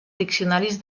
diccionaris